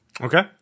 Okay